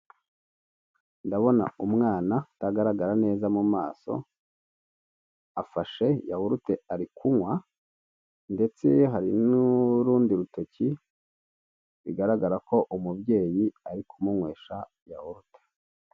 Ndabona umwana utagaragara neza mu maso afashe yawurite ari kunywa ndetse hari n'urundi rutoki bigaragara ko umubyeyi ari kumunywesha yawurute.